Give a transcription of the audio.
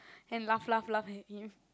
and laugh laugh laugh he